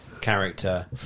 character